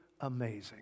amazing